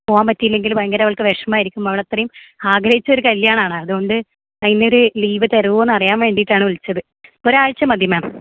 പോകാൻ പറ്റിയില്ലെങ്കിൽ ഭയങ്കര അവൾക്ക് വിഷമമായിരിക്കും അവളത്രേം ആഗ്രഹിച്ച ഒരു കല്യാണമാണ് അതുകൊണ്ട് അതിനൊരു ലീവ് തരുവോന്നറിയാൻ വേണ്ടീട്ടാണ് വിളിച്ചത് ഒരാഴ്ച മതി മാം